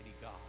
God